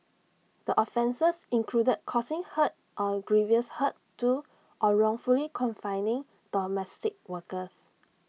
the offences included causing hurt or grievous hurt to or wrongfully confining domestic workers